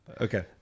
Okay